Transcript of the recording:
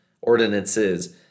ordinances